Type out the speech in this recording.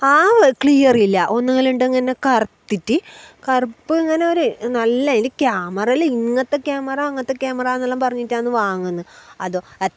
ആ ക്ലിയർ ഇല്ല ഒന്നുകിൽ ഉണ്ടിങ്ങനെ കറുത്തിട്ട് കറുപ്പ് ഇങ്ങനെ ഒരു നല്ല് അതിൻ്റെ ക്യാമറ എല്ലാം ഇങ്ങനത്തെ ക്യാമറ അങ്ങനത്തെ ക്യാമറ എന്നെല്ലാം പറഞ്ഞിട്ടാണ് വാങ്ങുന്നത് അതോ